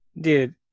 Dude